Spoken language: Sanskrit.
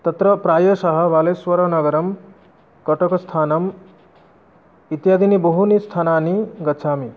तत्र प्रायशः वालेश्वरनगरं कटकस्थानम् इत्यादीनि बहूनि स्थानानि गच्छामि